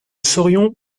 saurions